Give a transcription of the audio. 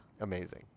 Amazing